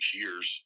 years